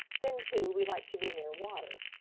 then, too, we like to be near water.